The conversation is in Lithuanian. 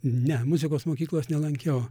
ne muzikos mokyklos nelankiau